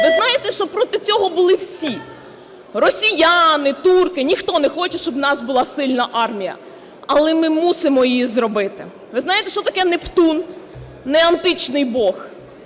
Ви знаєте, що проти цього були всі – росіяни, турки, ніхто не хоче, щоб в нас була сильна армія. Але ми мусимо її зробити. Ви знаєте, що таке "Нептун"? Не античний бог.